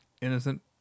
innocent